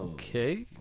Okay